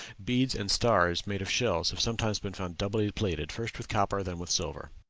beads and stars made of shells have sometimes been found doubly plated, first with copper then with silver.